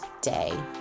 day